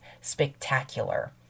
spectacular